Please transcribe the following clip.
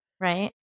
Right